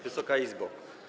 Wysoka Izbo!